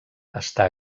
està